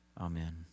Amen